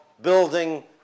building